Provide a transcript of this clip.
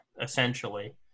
essentially